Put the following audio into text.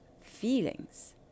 feelings